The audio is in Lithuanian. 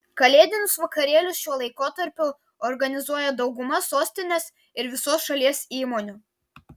kalėdinius vakarėlius šiuo laikotarpiu organizuoja dauguma sostinės ir visos šalies įmonių